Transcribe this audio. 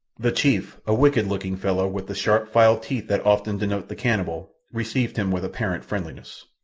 the chief, a wicked-looking fellow with the sharp-filed teeth that often denote the cannibal, received him with apparent friendliness.